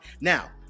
Now